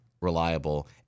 reliable